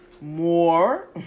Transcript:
more